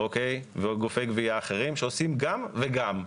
וגופי גבייה אחרים שעושים גם וגם.